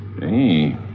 Hey